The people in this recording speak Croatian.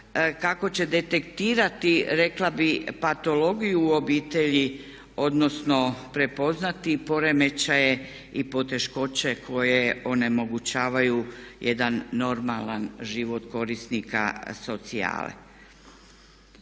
kako će detektirati rekla bih patologiju u obitelji odnosno prepoznati poremećaje i poteškoće koje onemogućavaju jedan normalan život korisnika socijale.